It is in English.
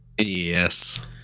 Yes